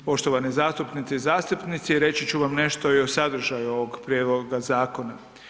Poštovane zastupnice i zastupnici, reći ću vam nešto i o sadržaju ovog prijedloga zakona.